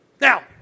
Now